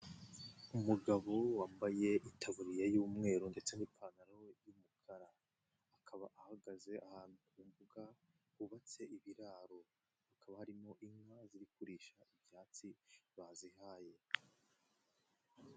Umugabo wambaye itaburiya y'umweru ndetse n'ipantaro y'umukara, akaba ahagaze ahantu ku mbuga, hubatse ibiraro, hakaba harimo inka ziri kuririsha ibyatsi bazihaye.